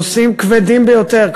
נושאים כבדים ביותר,